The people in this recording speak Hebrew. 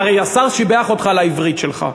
הרי השר שיבח אותך על העברית שלך,